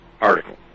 article